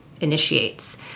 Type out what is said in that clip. initiates